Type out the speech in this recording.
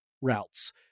routes